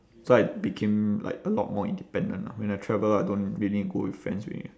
so I became like a lot more independent lah when I travel I don't really go with friends already